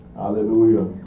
hallelujah